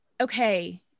okay